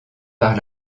par